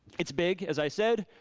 it's big, as i said.